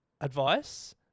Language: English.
advice